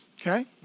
Okay